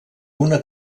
una